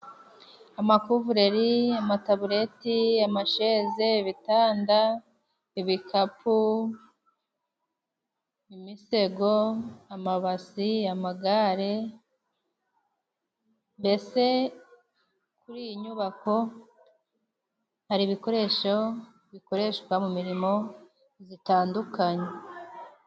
Amakuvureri amatabureti, amasheze ibitanda, ibikapu, imisego amabasi amagare. Mbese kuri iyi nyubako hari ibikoresho bikoreshwa mu mirimo zitandukanye.